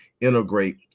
integrate